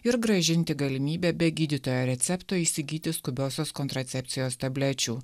ir grąžinti galimybę be gydytojo recepto įsigyti skubiosios kontracepcijos tablečių